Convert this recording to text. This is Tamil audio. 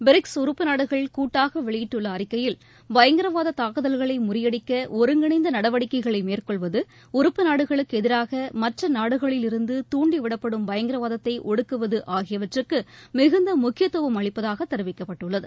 பிரிக்ஸ் உறுப்பு நாடுகள் கூட்டாக வெளியிட்டுள்ள அறிக்கையில் பயங்கரவாத தாக்குதல்களை முறியடிக்க ஒருங்கிணைந்த நடவடிக்கைகளை மேற்கொள்வது உறுப்பு நாடுகளுக்கு எதிராக மற்ற நாடுகளிலிருந்து தூண்டிவிடப்படும் பயங்கரவாதத்தை ஒடுக்குவது ஆகியவற்றுக்கு மிகுந்த முக்கியத்துவம் அளிப்பதாகத் தெரிவிக்கப்பட்டுள்ளது